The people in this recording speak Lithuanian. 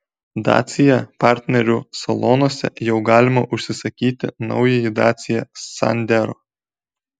dacia partnerių salonuose jau galima užsisakyti naująjį dacia sandero